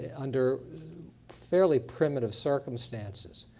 under fairly primitive circumstances.